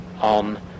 on